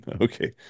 Okay